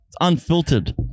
Unfiltered